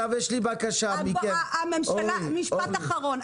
משפט אחרון,